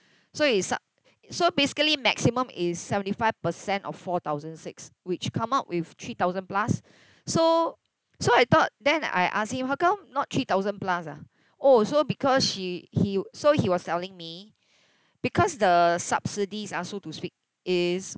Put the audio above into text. so it su~ so basically maximum is seventy-five percent of four thousand six which come out with three thousand plus so so I thought then I ask him how come not three thousand plus ah oh so because she he so he was telling me because the subsidies ah so to speak is